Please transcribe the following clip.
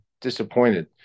disappointed